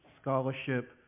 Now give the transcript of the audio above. scholarship